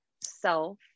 self